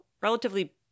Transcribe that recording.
relatively